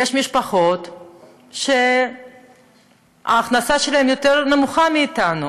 יש משפחות שההכנסה שלהן נמוכה משלנו,